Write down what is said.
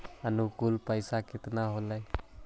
अनुकुल पैसा केतना होलय